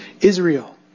Israel